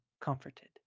comforted